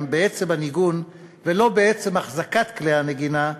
בעצם הניגון ולא בעצם החזקת כלי הנגינה,